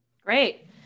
great